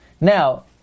Now